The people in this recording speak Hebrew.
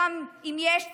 וגם, אם יש צורך,